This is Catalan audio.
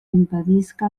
impedisca